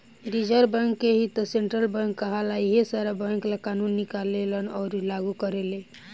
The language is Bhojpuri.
रिज़र्व बैंक के ही त सेन्ट्रल बैंक कहाला इहे सारा बैंक ला कानून निकालेले अउर लागू करेले